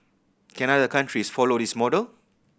can other countries follow this model